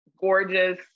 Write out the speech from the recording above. gorgeous